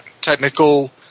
technical